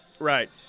Right